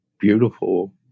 beautiful